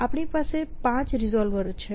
આપણી પાસે 5 રિઝોલ્વર્સ છે